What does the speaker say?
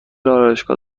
آرایشگاه